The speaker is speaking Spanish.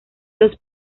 los